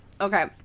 Okay